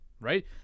right